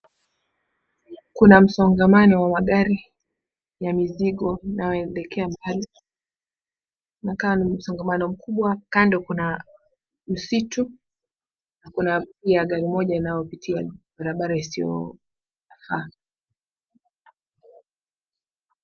Kuna msongamano wa magari ya mizigo, inayoelekea mbali unakaa ni msongamano mkubwa. Kando kuna msitu na pia kuna gari moja inayopitia barabara isiyofaa.